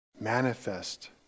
manifest